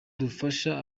dufasha